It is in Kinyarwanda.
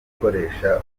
gukoresha